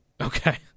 Okay